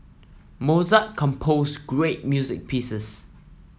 Mozart composed great music pieces